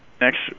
Next